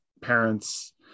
parents